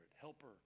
helper